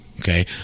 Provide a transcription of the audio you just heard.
okay